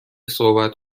صحبت